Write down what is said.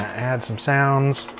add some sounds.